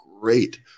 great